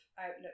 outlook